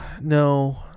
no